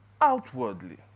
outwardly